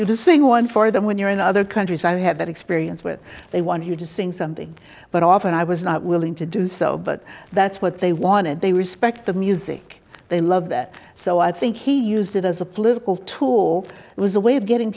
you to sing one for them when you're in other countries i have that experience with they want you to sing something but often i was not willing to do so but that's what they wanted they respect the music they love that so i think he used it as a political tool it was a way of getting